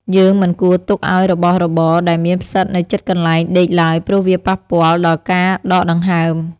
យើងមិនគួរទុកឱ្យរបស់របរដែលមានផ្សិតនៅជិតកន្លែងដេកឡើយព្រោះវាប៉ះពាល់ដល់ការដកដង្ហើម។